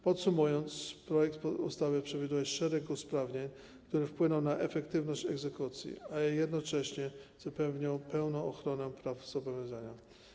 Podsumowując, projekt ustawy przewiduje szereg usprawnień, które wpłyną na efektywność egzekucji, a jednocześnie zapewnią pełną ochronę praw zobowiązanego.